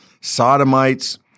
sodomites